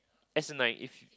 as in like if